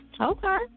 Okay